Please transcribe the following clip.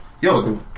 Yo